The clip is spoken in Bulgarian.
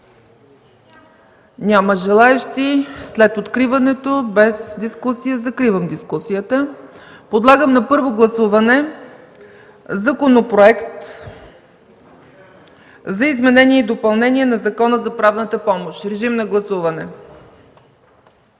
такъв случай след откриването, без дискусия, закривам дискусията. Подлагам на първо гласуване Законопроекта за изменение и допълнение на Закона за правната помощ. Гласували